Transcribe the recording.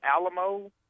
Alamo